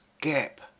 gap